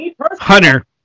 Hunter